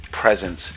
presence